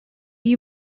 you